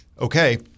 okay